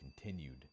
continued